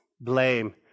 blame